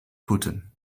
putin